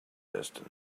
destiny